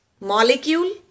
molecule